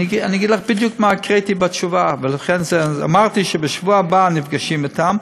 אני אגיד לך בדיוק מה קריטי בתשובה: אמרתי שבשבוע הבא נפגשים אתם.